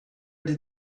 did